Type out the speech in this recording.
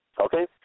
okay